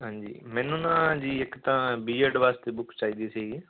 ਹਾਂਜੀ ਮੈਨੂੰ ਨਾ ਜੀ ਇੱਕ ਤਾਂ ਬੀਐਡ ਵਾਸਤੇ ਬੁੱਕ ਚਾਹੀਦੀ ਸੀ